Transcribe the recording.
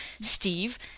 Steve